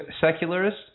secularist